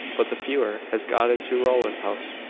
but the fever has got into rowland's house,